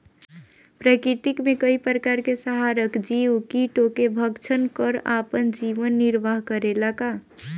प्रकृति मे कई प्रकार के संहारक जीव कीटो के भक्षन कर आपन जीवन निरवाह करेला का?